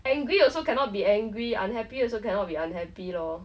angry also cannot be angry unhappy also cannot be unhappy loh